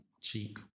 cheap